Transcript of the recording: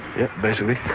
basically